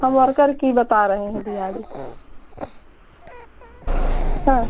हम वर्कर की बता रहे हैं दिहाड़ी हाँ